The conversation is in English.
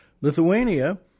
Lithuania